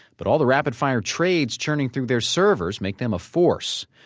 but all the rapid-fire trades churning through their servers make them a force.